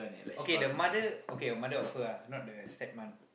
okay the mother okay the mother of her ah not the step-mum